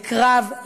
לקרב,